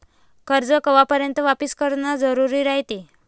कर्ज कवापर्यंत वापिस करन जरुरी रायते?